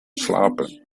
slapen